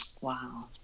Wow